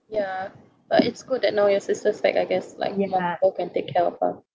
ya but it's good that now your sister's back I guess like your mum also can take care of her